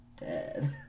dead